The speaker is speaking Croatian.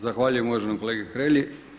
Zahvaljujem uvaženom kolegi Hrelji.